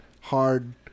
hard